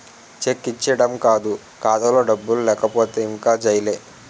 check ఇచ్చీడం కాదు ఖాతాలో డబ్బులు లేకపోతే ఇంక జైలే